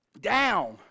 down